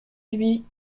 huit